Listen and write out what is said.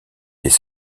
des